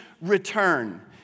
return